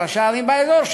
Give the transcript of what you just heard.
של ראשי ערים באזור,